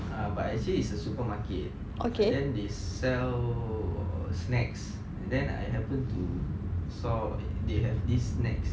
but actually it's a supermarket ah then they sell snacks and then I happen to saw they have this snacks